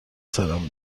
سرم